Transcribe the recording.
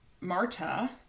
Marta